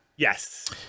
Yes